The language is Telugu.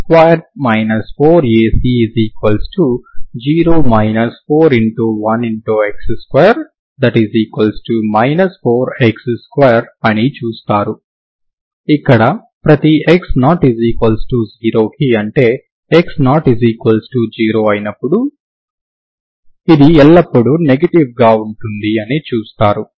x2 4x2 అని చూస్తారు ఇక్కడ ప్రతి x≠0కి అంటే x≠0 అయినప్పుడు ఇది ఎల్లప్పుడూ నెగెటివ్ గా ఉంటుంది అని చూస్తారు